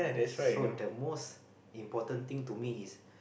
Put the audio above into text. so the most important thing to me is